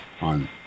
on